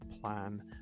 plan